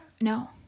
No